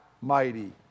mighty